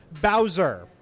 Bowser